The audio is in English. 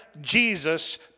Jesus